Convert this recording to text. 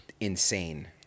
Insane